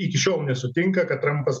iki šiol nesutinka kad trampas